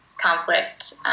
conflict